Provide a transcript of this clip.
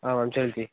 हा one seventy